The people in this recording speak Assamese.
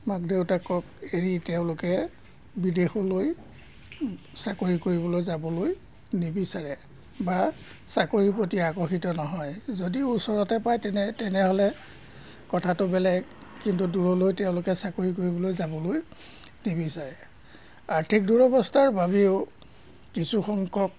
মাক দেউতাকক এৰি তেওঁলোকে বিদেশলৈ চাকৰি কৰিবলৈ যাবলৈ নিবিচাৰে বা চাকৰিৰ প্ৰতি আকৰ্ষিত নহয় যদি ওচৰতে পায় তেনে তেনেহ'লে কথাটো বেলেগ কিন্তু দূৰলৈ তেওঁলোকে চাকৰি কৰিবলৈ যাবলৈ নিবিচাৰে আৰ্থিক দুৰৱস্থাৰ বাবেও কিছুসংখ্যক